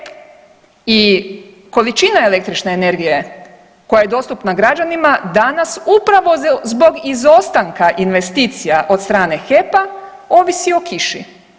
HEP i količina električne energije koja je dostupna građanima danas upravo zbog izostanka investicija od strane HEP-a ovisi o kiši.